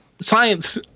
science